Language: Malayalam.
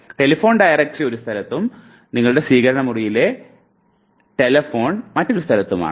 ടെലിഫോൺ ഡയറക്ടറി ഒരു സ്ഥലത്തും ടെലിഫോൺ മറ്റൊരു സ്ഥലത്തുമാണ്